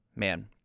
Man